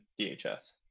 DHS